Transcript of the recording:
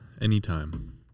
Anytime